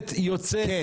כן.